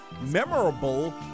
memorable